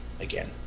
again